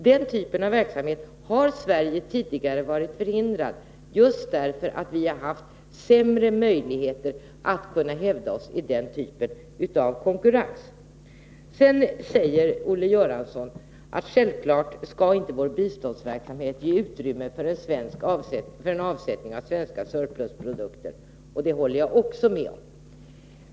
Den typen av verksamhet har Sverige tidigare varit förhindrad att bedriva, just därför att vi haft sämre möjligheter att hävda oss i den typen av konkurrens. Sedan säger Olle Göransson att vår biståndsverksamhet självfallet inte skall ge utrymme för avsättning av svenska surplusprodukter. Det håller jag också med om.